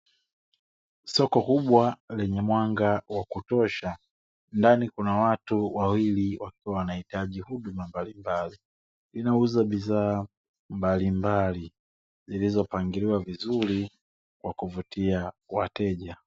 Soko kubwa lenye mwanga wa kutosha, ndani kuna watu wawili wakiwa wanahitaji huduma mbalimbali. Linauza bidhaa mbalimbali zilizopangiliwa vizuri kwa kuvutia wateja.